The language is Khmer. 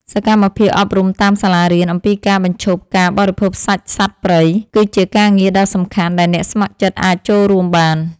សកម្មភាពអប់រំតាមសាលារៀនអំពីការបញ្ឈប់ការបរិភោគសាច់សត្វព្រៃ គឺជាការងារដ៏សំខាន់ដែលអ្នកស្ម័គ្រចិត្តអាចចូលរួមបាន។